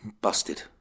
Busted